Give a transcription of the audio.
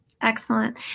Excellent